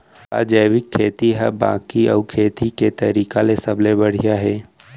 का जैविक खेती हा बाकी अऊ खेती के तरीका ले सबले बढ़िया हे?